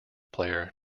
player